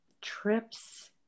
trips